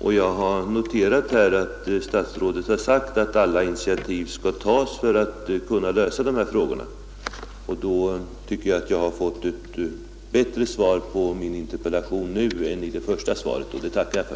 och jag har noterat att statsrådet sagt att alla initiativ skall tas för att lösa de här frågorna. Då tycker jag att jag har fått ett bättre svar på min interpellation nu än i det första svaret, och det tackar jag för.